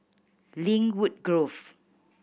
Lynwood Grove